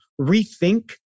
rethink